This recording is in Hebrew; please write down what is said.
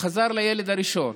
וחזר לילד הראשון